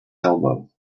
elbow